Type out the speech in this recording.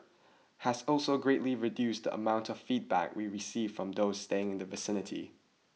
has also greatly reduced the amount of feedback we received from those staying in the vicinity